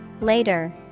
later